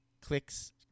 clicks